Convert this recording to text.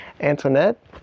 Antoinette